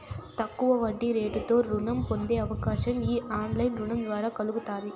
తక్కువ వడ్డీరేటుతో రుణం పొందే అవకాశం ఈ ఆన్లైన్ రుణం ద్వారా కల్గతాంది